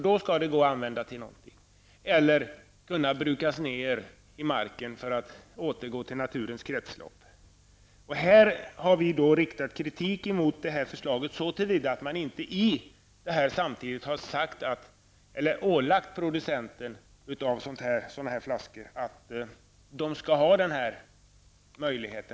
Det skall då gå att använda förpackningen till någonting, eller den skall kunna brukas ner i marken för att återgå till naturens kretslopp. Vi har här riktat kritik mot detta förslag så till vida att man inte i detta förslag samtidigt ålagt producenten av dessa flaskor att de skall ha denna kvalitet.